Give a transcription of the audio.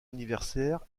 anniversaire